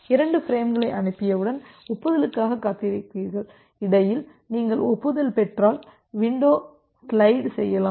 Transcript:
2 பிரேம்களை அனுப்பியவுடன் ஒப்புதலுக்காக காத்திருக்கிறீர்கள் இடையில் நீங்கள் ஒப்புதல் பெற்றால் வின்டோவை ஸ்லைடு செய்யலாம்